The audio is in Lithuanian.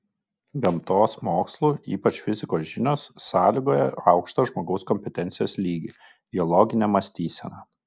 gamtos mokslų ypač fizikos žinios sąlygoja aukštą žmogaus kompetencijos lygį jo loginę mąstyseną